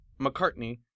McCartney